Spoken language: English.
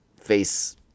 face